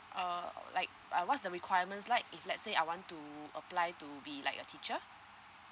uh like uh what's the requirements like if let's say I want to apply to be like a teacher